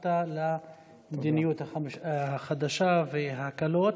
ודחפת למדיניות החדשה וההקלות.